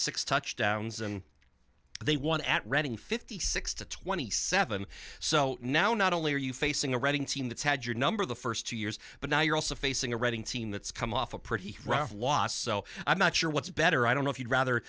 six touchdowns and they won at reading fifty six to twenty seven so now not only are you facing a reading team that's had your number the first two years but now you're also facing a reading team that's come off a pretty rough loss so i'm not sure what's better i don't know if you'd rather